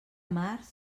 març